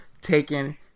taken